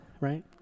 right